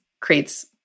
creates